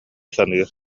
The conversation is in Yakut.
саныыр